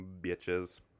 Bitches